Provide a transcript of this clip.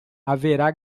haverá